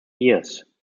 years